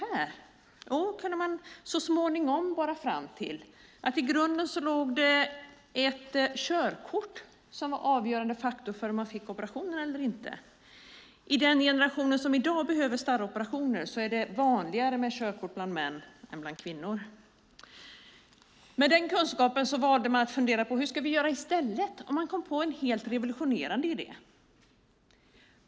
Så småningom borrade man sig fram till att i grunden var körkort ett avgörande faktum för om man fick operationen eller inte. I den generation som i dag behöver starroperationer är det vanligare med körkort bland män än bland kvinnor. Med den kunskapen valde man att fundera på hur man skulle göra i stället, och man kom på en helt revolutionerande idé.